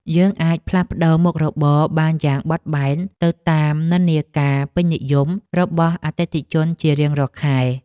យើងអាចផ្លាស់ប្តូរមុខរបរបានយ៉ាងបត់បែនទៅតាមនិន្នាការពេញនិយមរបស់អតិថិជនជារៀងរាល់ខែ។